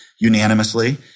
unanimously